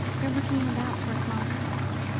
they're looking about for a small house.